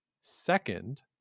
second